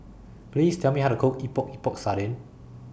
Please Tell Me How to Cook Epok Epok Sardin